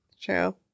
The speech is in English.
True